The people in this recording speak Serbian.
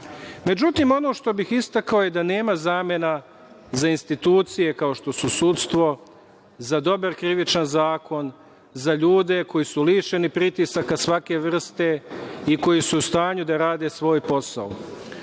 ono što bih istakao je da nema zamena za institucije kao što su sudstvo, za dobar krivičan zakon, za ljude koji su lišeni pritisaka svake vrste i koji su u stanju da rade svoj posao.